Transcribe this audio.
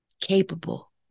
capable